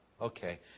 okay